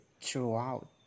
throughout